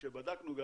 כשבדקנו,